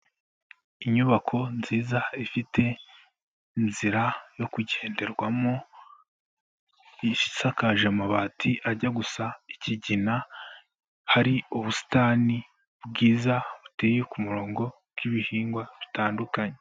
Inyubako nziza ifite inzira yo kugenderwamo isakaje amabati ajya gusa ikigina, hari ubusitani bwiza buteye ku murongo bw'ibihingwa bitandukanye.